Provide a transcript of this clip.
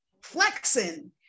flexing